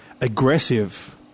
aggressive